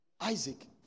Isaac